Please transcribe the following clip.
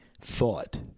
thought